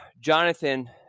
Jonathan